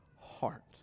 heart